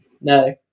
No